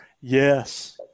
Yes